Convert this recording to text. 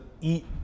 eat